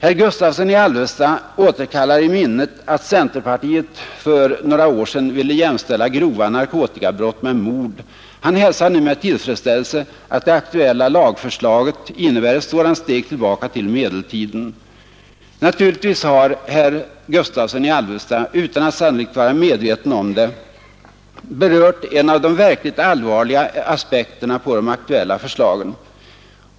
Herr Gustavsson i Alvesta återkallar i minnet att centerpartiet för några år sedan ville jämställa grova narkotikabrott med mord. Han hälsar nu med tillfredsställelse att det aktuella lagförslaget innebär ett sådant steg tillbaka till medeltiden. Naturligtvis har herr Gustavsson i Alvesta — sannolikt utan att vara medveten om det — berört en av de verkligt allvarliga aspekterna på de aktuella förslagen.